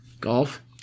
Golf